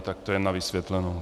Tak to jenom na vysvětlenou.